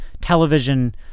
television